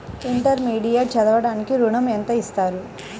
Intermediate చదవడానికి ఋణం ఎంత ఇస్తారు?